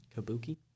Kabuki